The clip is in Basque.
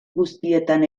guztietan